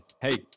Hey